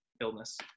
illness